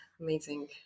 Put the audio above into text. amazing